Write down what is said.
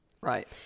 Right